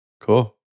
cool